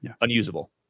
unusable